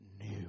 new